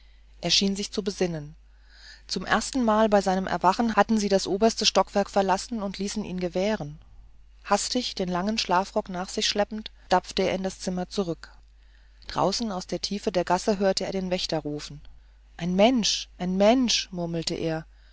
er schien sich zu besinnen zum ersten mal bei seinem erwachen hatten sie das oberste stockwerk verlassen und ließen ihn gewähren hastig den langen schlafrock nach sich schleppend stapfte er in das zimmer zurück draußen aus der tiefe der gasse hörte er den wächter rufen ein mensch ein mensch murmelte er